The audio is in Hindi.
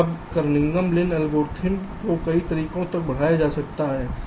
अब इस कार्निगन लिन एल्गोरिथ्म को कई तरीकों से बढ़ाया जा सकता है